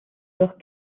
noch